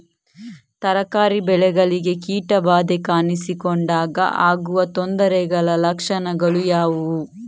ತರಕಾರಿ ಬೆಳೆಗಳಿಗೆ ಕೀಟ ಬಾಧೆ ಕಾಣಿಸಿಕೊಂಡಾಗ ಆಗುವ ತೊಂದರೆಗಳ ಲಕ್ಷಣಗಳು ಯಾವುವು?